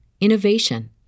innovation